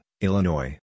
Illinois